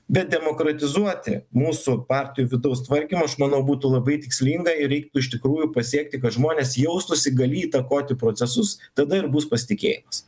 bet demokratizuoti mūsų partijų vidaus tvarkymu aš manau būtų labai tikslinga ir reiktų iš tikrųjų pasiekti kad žmonės jaustųsi galy įtakoti procesus tada ir bus pasitikėjimas